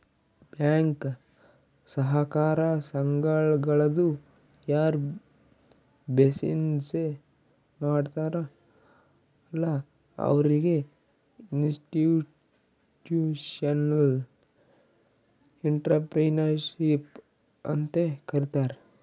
bank, ಸಹಕಾರ ಸಂಘಗಳದು ಯಾರ್ ಬಿಸಿನ್ನೆಸ್ ಮಾಡ್ತಾರ ಅಲ್ಲಾ ಅವ್ರಿಗ ಇನ್ಸ್ಟಿಟ್ಯೂಷನಲ್ ಇಂಟ್ರಪ್ರಿನರ್ಶಿಪ್ ಅಂತೆ ಕರಿತಾರ್